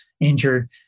injured